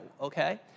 okay